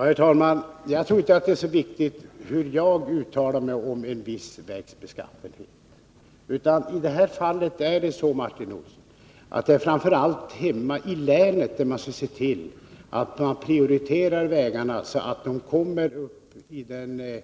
Herr talman! Jag tror inte att det är så viktigt hur jag uttalar mig om en viss vägs beskaffenhet. I det här fallet är det så, Martin Olsson, att det framför allt är hemma i länet som man skall se till att prioritera vägarna så att de kommer upp i en